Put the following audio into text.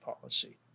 policy